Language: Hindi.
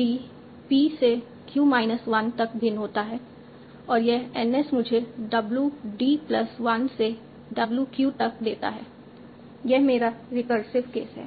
d P से q माइनस 1 तक भिन्न होता है और यह N s मुझे W d प्लस 1 से W q तक देता है यह मेरा रिकरसिव केस है